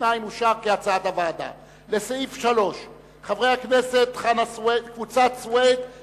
ההסתייגות השנייה של חברי הכנסת חנא סוייד,